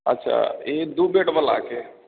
अच्छा ई दू बेडबलाके